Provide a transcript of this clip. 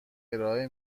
ارائه